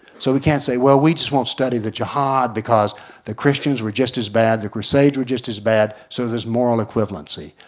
so we can't say well, we just won't study the jihad because the christians were just as bad, the crusades were just as bad, so there's moral equivalency.